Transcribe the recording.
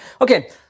Okay